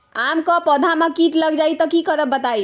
आम क पौधा म कीट लग जई त की करब बताई?